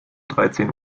dreizehn